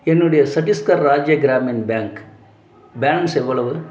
என்னுடைய Chhattisgarh Rajya Gramin bank balance எவ்வளவு